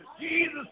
Jesus